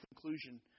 conclusion